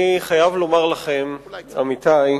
אני חייב לומר לכם, עמיתי,